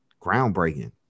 groundbreaking